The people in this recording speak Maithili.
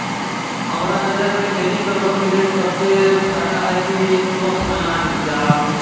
हमरा नजरमे खेती करबऽके लेल सबसे फायदा हइ कि स्वच्छ अनाज उपजाउ